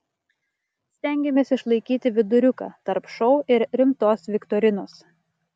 stengėmės išlaikyti viduriuką tarp šou ir rimtos viktorinos